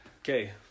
Okay